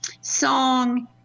song